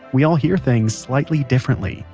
we all hear things slightly differently,